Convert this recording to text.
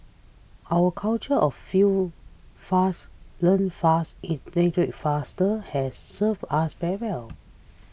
our culture of fail fast learn fast iterate faster has served us very well